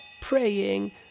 praying